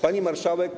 Pani Marszałek!